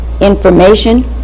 information